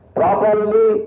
properly